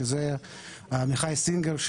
שזה עמיחי סטינגר,